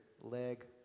leg